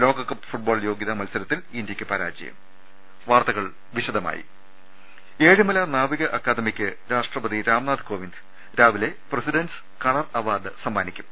ലോകകപ്പ് ഫുട്ബോൾ യോഗ്യതാ മത്സരത്തിൽ ഇന്ത്യക്ക് പരാ ജയം ങ്ങ ൽ ഏഴിമല നാവിക അക്കാദമിക്ക് രാഷ്ട്രപതി രാംനാഥ് കോവിന്ദ് രാവിലെ പ്രസിഡന്റ് സ് കളർ അവാർഡ് സമ്മാനിക്കും